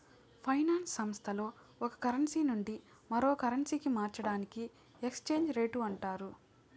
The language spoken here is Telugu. ఫైనాన్స్ సంస్థల్లో ఒక కరెన్సీ నుండి మరో కరెన్సీకి మార్చడాన్ని ఎక్స్చేంజ్ రేట్ అంటారు